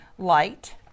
Light